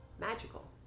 magical